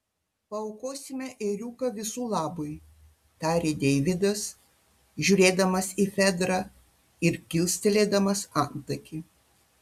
paaukosime ėriuką visų labui tarė deividas žiūrėdamas į fedrą ir kilstelėdamas antakį